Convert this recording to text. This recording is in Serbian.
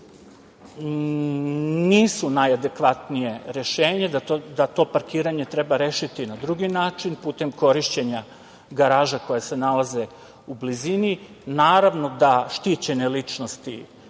nisu najadekvatnije rešenje, da to parkiranje treba rešiti na drugi način, putem korišćenja garaža koje se nalaze u blizini. Naravno da štićene ličnosti,